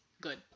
good